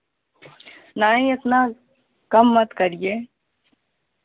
नहीं इतना कम मत करिए